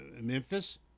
Memphis